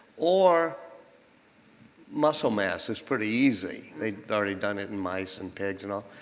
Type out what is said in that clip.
or muscle mass is pretty easy. they've already done it in mice and pigs and all.